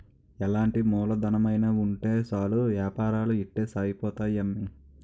ఎలాంటి మూలధనమైన ఉంటే సాలు ఏపారాలు ఇట్టే సాగిపోతాయి అమ్మి